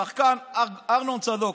השחקן ארנון צדוק,